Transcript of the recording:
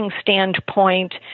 standpoint